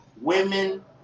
women